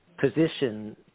position